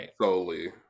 solely